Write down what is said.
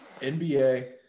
NBA